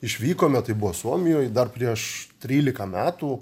išvykome tai buvo suomijoj dar prieš trylika metų